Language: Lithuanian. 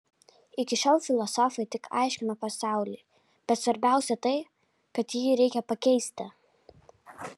iki šiol filosofai tik aiškino pasaulį bet svarbiausia tai kad jį reikia pakeisti